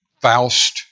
Faust